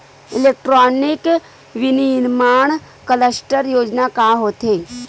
Electronic विनीर्माण cluster योजना का होथे?